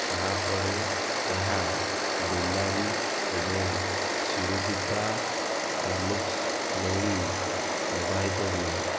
ତା'ପରେ ଏହା ବେଲାରୀ ଏବଂ ସିରୁଗୁପା ତାଲୁକ୍ସ ନେଇ ପ୍ରବାହିତ ହୁଏ